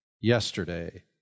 yesterday